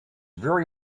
very